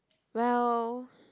while